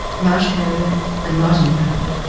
marsh harrier and nightingale.